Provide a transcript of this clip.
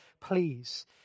please